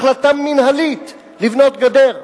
החלטה מינהלית לבנות גדר.